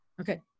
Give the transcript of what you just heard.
Okay